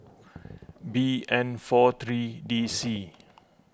B N four three D C